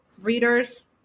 Readers